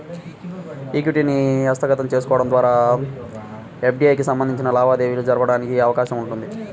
ఈక్విటీని హస్తగతం చేసుకోవడం ద్వారా ఎఫ్డీఐకి సంబంధించిన లావాదేవీ జరగడానికి అవకాశం ఉంటుంది